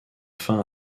fin